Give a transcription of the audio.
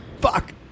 fuck